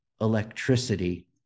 electricity